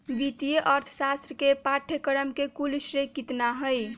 वित्तीय अर्थशास्त्र के पाठ्यक्रम के कुल श्रेय कितना हई?